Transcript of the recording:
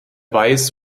weiß